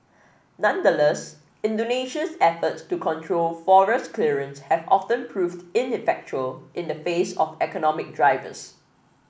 nonetheless Indonesia's efforts to control forest clearance have often proved ineffectual in the face of economic drivers